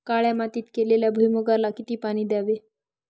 काळ्या मातीत केलेल्या भुईमूगाला किती पाणी द्यावे?